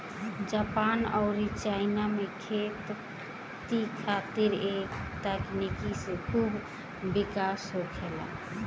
Japan अउरी China में खेती खातिर ए तकनीक से खूब विकास होला